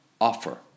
offer